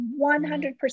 100%